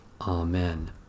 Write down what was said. Amen